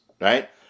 right